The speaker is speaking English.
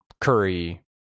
curry